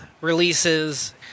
releases